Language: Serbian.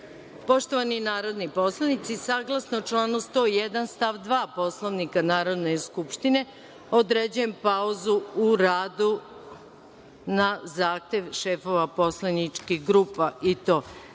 predlog. Poštovani narodni poslanici, saglasno članu 101. stav 2. Poslovnika Narodne skupštine, određujem pauzu u radu, na zahtev šefova poslaničkih grupa, i to: